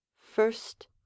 First